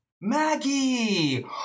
Maggie